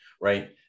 right